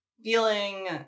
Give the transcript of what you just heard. feeling